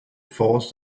force